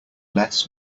less